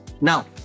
Now